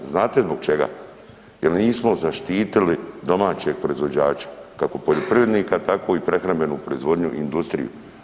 Znate zbog čega, jer nismo zaštitili domaćeg proizvođača, kako poljoprivrednika, tako i prehrambenu proizvodnju i industriju.